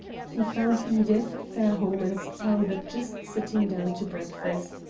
he found edith, fairholme, and talbot just sitting down to breakfast.